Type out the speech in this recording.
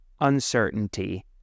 uncertainty